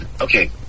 okay